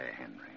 Henry